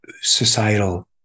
societal